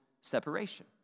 separation